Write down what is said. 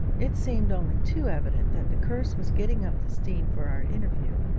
it seemed only too evident that the curse was getting up the steam for our interview.